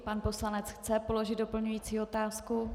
Pan poslanec chce položit doplňující otázku.